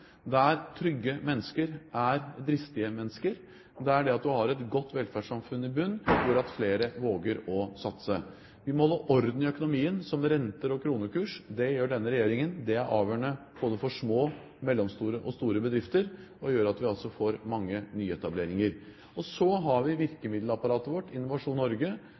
der trygge mennesker er dristige mennesker, der det at man har et godt velferdssamfunn i bunnen, gjør at flere våger å satse. Vi må holde orden i økonomien, som renter og kronekurs. Det gjør denne regjeringen. Det er avgjørende både for små og mellomstore og store bedrifter og gjør at vi får mange nyetableringer. Og så har vi virkemiddelapparatet vårt, Innovasjon Norge,